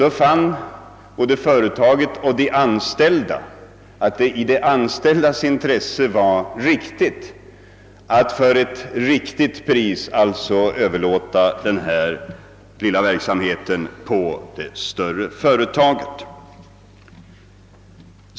Då fann både företaget och dess anställda att det låg i deras intresse att för ett rimligt pris överlåta denna lilla verksamhet på det större företaget.